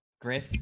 Griff